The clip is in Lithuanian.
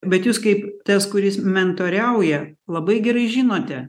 bet jūs kaip tas kuris mentoriauja labai gerai žinote